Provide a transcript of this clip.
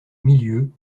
milieux